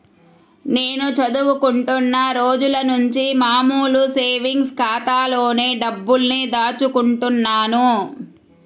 నేను చదువుకుంటున్న రోజులనుంచి మామూలు సేవింగ్స్ ఖాతాలోనే డబ్బుల్ని దాచుకుంటున్నాను